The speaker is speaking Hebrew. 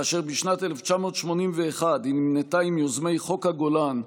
כאשר בשנת 1981 היא נמנתה עם יוזמי חוק הגולן,